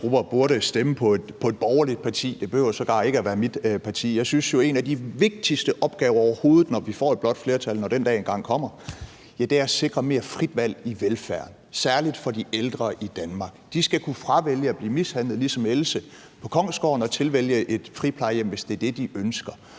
burde stemme på et borgerligt parti, og det behøver sågar ikke at være mit parti. Jeg synes jo, at en af de vigtigste opgaver overhovedet, når vi får et blåt flertal, når den dag engang kommer, er at sikre mere frit valg i velfærden, særlig for de ældre i Danmark. De skal kunne fravælge at blive mishandlet ligesom Else på Kongsgården og kunne tilvælge et friplejehjem, hvis det er det, de ønsker.